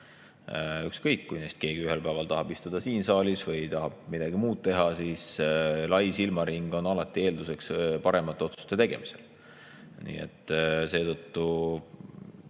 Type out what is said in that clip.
Ükskõik, kas neist keegi ühel päeval tahab istuda siin saalis või tahab midagi muud teha – lai silmaring on alati eelduseks paremate otsuste tegemisel. Nii et seetõttu